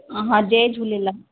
हा जय झूलेलाल